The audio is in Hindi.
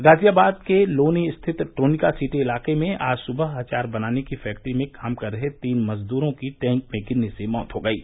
ग़ाज़ियाबाद के लोनी स्थित ट्रोनिका सिटी इलाके में आज सुबह अचार बनाने की फैक्ट्री में काम कर रहे तीन मजदूरों की टैंक में गिरने से मौत हो गयी